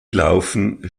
laufen